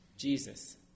Jesus